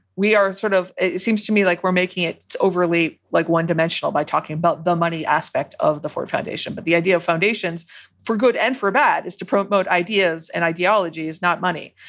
we are sort of it seems to me like we're making it overly like one dimensional by talking about the money aspect of the ford foundation. but the idea of foundations for good and for bad is to promote ideas and ideologies, not money.